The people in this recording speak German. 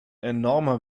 enormer